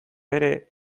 ere